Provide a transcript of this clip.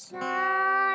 shine